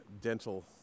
dental